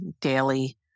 daily